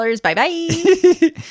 bye-bye